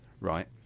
right